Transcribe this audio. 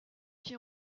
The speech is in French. qui